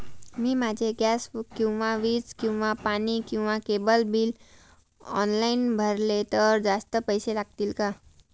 मी माझे गॅस किंवा वीज किंवा पाणी किंवा केबल बिल ऑनलाईन भरले तर जास्त पैसे लागतील का?